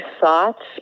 thoughts